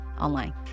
online